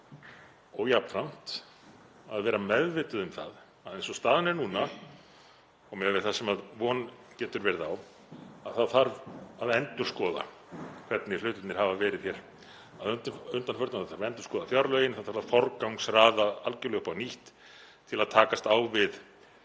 og jafnframt að vera meðvituð um það að eins og staðan er núna og miðað við það sem von getur verið á þá þarf að endurskoða hvernig hlutirnir hafa verið hér að undanförnu. Það þarf að endurskoða fjárlögin, það þarf að forgangsraða algerlega upp á nýtt til að takast á við